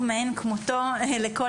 היום אנחנו בדיון חשוב מאין כמותו לכל